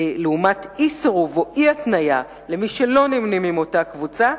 לעומת אי-סירוב או אי-התניה למי שלא נמנים עם אותה קבוצה.